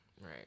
right